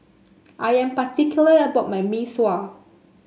I am particular about my Mee Sua